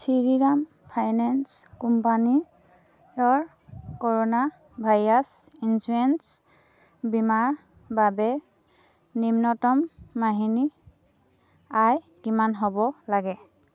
Shriram finance কোম্পানীৰ corona virus insurance বীমাৰ বাবে নিম্নতম মাহিলী আয় কিমান হ'ব লাগে